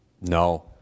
No